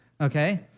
okay